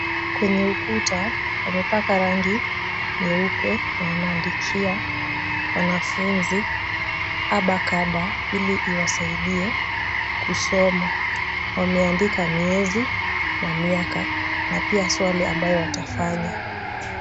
Kwenye ukuta, wamepaka rangi nyeupe na wanaandikia wanafunzi A, B, C, D, ili iwasaidie kusoma. Wameandika miezi na miaka, na pia swali ambalo watafanya.